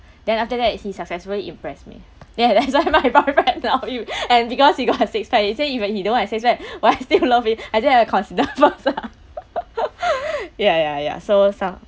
then after that he successfully impress me ya that's why my boyfriend now you and because you got a six pack he say if like he don't want the six pack will I still love him I said I consider first ah ya ya ya so so